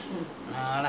I and my brother